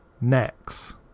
next